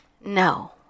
No